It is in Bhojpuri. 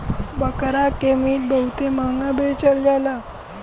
बकरा के मीट बहुते महंगा बेचल जाला